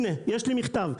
הנה, יש לי מכתב.